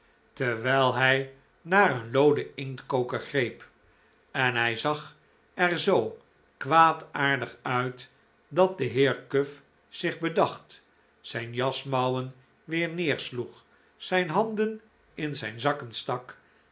terwijl hij naar een looden inktkoker greep en hij zag er zoo kwaadaardig uit dat de heer cuff zich bedacht zijn jasmouwen weer neersloeg zijn handen in zijn zakken stak